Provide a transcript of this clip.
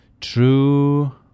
true